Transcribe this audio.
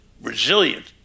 resilient